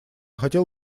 хотел